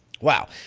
Wow